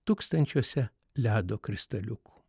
tūkstančiuose ledo kristaliukų